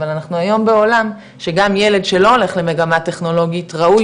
אבל אנחנו היום בעולם שגם ילד שלא הולך למגמה טכנולוגית ראוי